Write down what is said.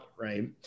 right